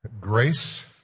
grace